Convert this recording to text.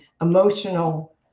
emotional